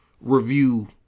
review